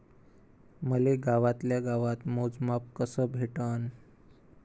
मले गावातल्या गावात मोजमाप कस भेटन?